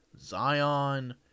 Zion